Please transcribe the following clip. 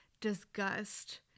disgust